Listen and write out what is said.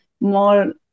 more